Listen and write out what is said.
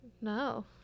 No